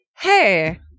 Hey